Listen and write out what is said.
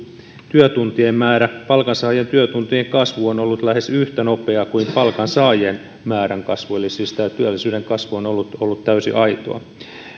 työtuntien määrä palkansaajien työtuntien kasvu on ollut lähes yhtä nopeaa kuin palkansaajien määrän kasvu eli siis tämä työllisyyden kasvu on ollut ollut täysin aitoa